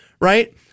right